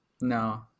No